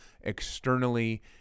externally